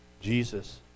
Jesus